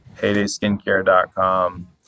heydayskincare.com